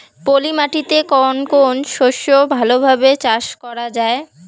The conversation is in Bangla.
পলি মাটিতে কোন কোন শস্য ভালোভাবে চাষ করা য়ায়?